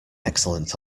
excellent